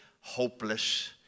hopeless